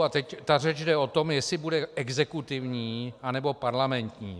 A teď ta řeč jde o tom, jestli bude exekutivní, anebo parlamentní.